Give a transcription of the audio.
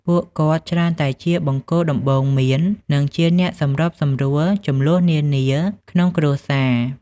ពួកគាត់ច្រើនតែជា បង្គោលដំបូន្មាន និងជាអ្នកសម្របសម្រួល ជម្លោះនានាក្នុងគ្រួសារ។